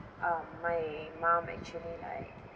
um my mum actually like